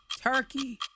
Turkey